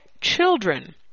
children